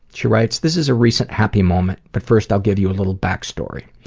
she writes, this is a recent happy moment, but first i'll give you a little backstory.